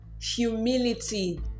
humility